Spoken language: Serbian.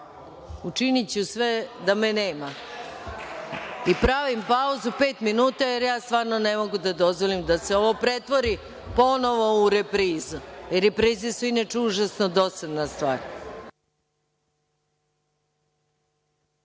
Učiniću sve da me nema i pravim pauzu pet minuta jer ja stvarno ne mogu da dozvolim da se ovo pretvori ponovo u reprizu. Reprize su inače užasno dosadna stvar.(Posle